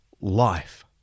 life